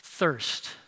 thirst